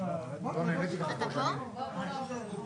אתה יכול לעזור לנו?